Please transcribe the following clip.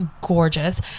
gorgeous